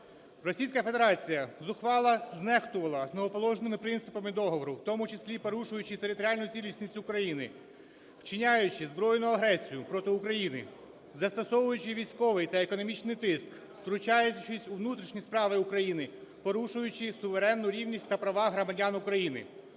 Російська Федерація зухвало знехтувала основоположними принципами договору, в тому числі порушуючи територіальну цілісність України, вчиняючи збройну агресію проти України, застосовуючи військовий та економічний тиск, втручаючись у внутрішні справи України, порушуючи суверенну рівність та права громадян України.